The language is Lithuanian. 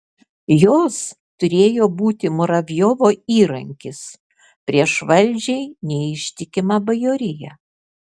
jos turėjo būti muravjovo įrankis prieš valdžiai neištikimą bajoriją